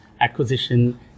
acquisition